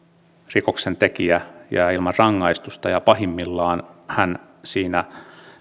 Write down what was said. rikoksentekijä jää ilman rangaistusta pahimmillaan hän siinä